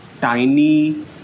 tiny